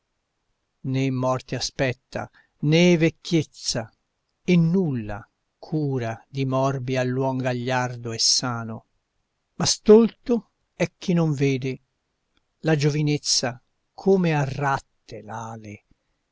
invano né morte aspetta né vecchiezza e nulla cura di morbi ha l'uom gagliardo e sano ma stolto è chi non vede la giovanezza come ha ratte l'ale